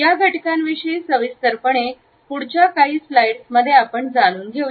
या घटकांविषयी सविस्तरपणे पुढच्या काही स्लाईड्समध्ये आपण जाणून घेऊया